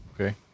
okay